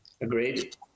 Agreed